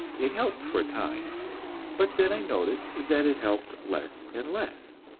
it helped for a time but then i noticed that it helped less and less.